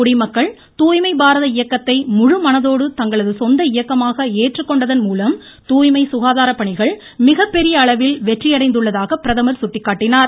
குடிமக்கள் தூய்மை பாரத இயக்கத்தை முழு மனதோடு தங்களது சொந்த இயக்கமாக ஏற்றுக்கொண்டதன்மூலம் தூய்மை சுகாதாரப்பணிகள் மிகப்பெரிய அளவில் வெற்றியடைந்துள்ளதாக பிரதமர் சுட்டிக்காட்டினார்